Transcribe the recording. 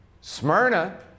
Smyrna